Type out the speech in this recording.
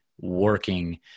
working